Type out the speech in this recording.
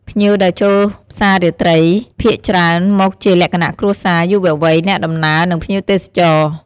ភ្ញៀវដែលចូលផ្សាររាត្រីភាគច្រើនមកជាលក្ខណៈគ្រួសារ យុវវ័យ អ្នកដំណើរ និងភ្ញៀវទេសចរ។